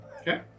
Okay